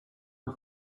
her